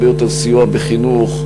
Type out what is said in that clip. הרבה יותר סיוע בחינוך,